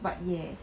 but ya